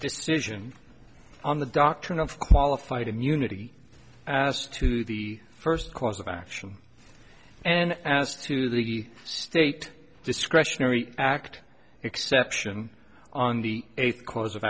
decision on the doctrine of qualified immunity as to the first cause of action and as to the state discretionary act exception on the eighth cause of